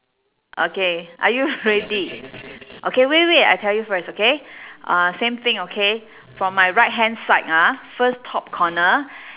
okay are you ready okay wait wait I tell you first okay uh same thing okay from my right hand side ah first top corner